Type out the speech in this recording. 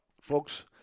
Folks